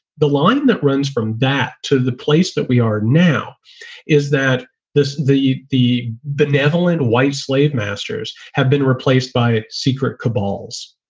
the line that runs from that to the place that we are now is that the the benevolent white slave masters have been replaced by secret curveballs.